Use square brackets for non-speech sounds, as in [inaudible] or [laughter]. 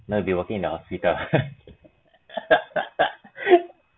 no you'll be working in the hospital [laughs]